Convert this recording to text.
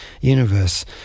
universe